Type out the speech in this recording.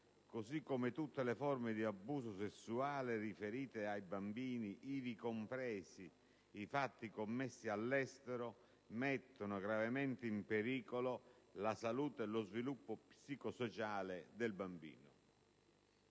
così come tutte le forme di abuso sessuale riferite ai bambini, ivi compresi i fatti commessi all'estero, mettono gravemente in pericolo la salute e lo sviluppo psicosociale del bambino».